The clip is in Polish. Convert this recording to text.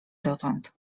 dotąd